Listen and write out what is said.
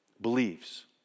believes